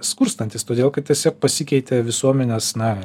skurstantis todėl kad tiesiog pasikeitė visuomenės na